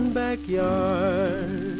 backyard